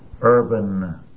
urban